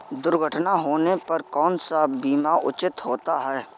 दुर्घटना होने पर कौन सा बीमा उचित होता है?